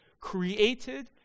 created